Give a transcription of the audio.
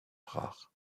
rare